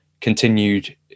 continued